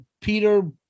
Peter